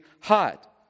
hot